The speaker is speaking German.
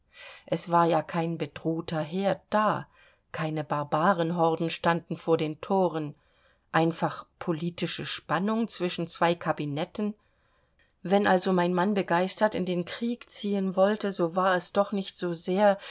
es war ja kein bedrohter herd da keine barbarenhorden standen vor den thoren einfach politische spannung zwischen zwei kabinetten wenn also mein mann begeistert in den krieg ziehen wollte so war es doch nicht so sehr